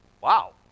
Wow